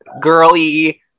girly